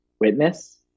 witness